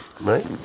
right